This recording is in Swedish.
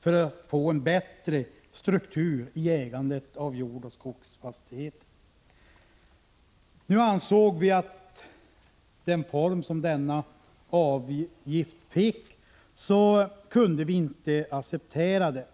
för att få en bättre struktur i ägandet av jordoch skogsfastigheter. Med den form som denna avgift föreslogs få kunde vi inte acceptera den.